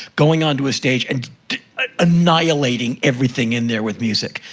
going onto a stage and annihilating everything in there with music.